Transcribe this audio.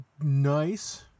nice